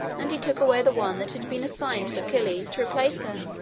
and he took away the one that had been assigned to achilles to replace her.